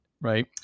right